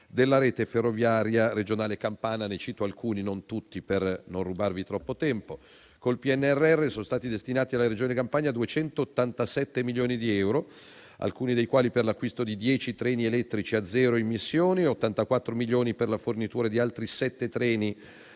della rete ferroviaria regionale campana. Ne cito alcuni, non tutti, per non rubarvi troppo tempo: con il PNRR sono stati destinati alla Regione Campania 287 milioni di euro, alcuni dei quali per l'acquisto di 10 treni elettrici a zero emissioni, 84 milioni per la fornitura di altri sette